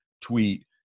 tweet